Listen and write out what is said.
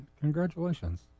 congratulations